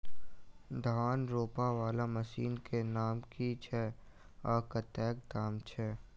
धान रोपा वला मशीन केँ नाम की छैय आ कतेक दाम छैय?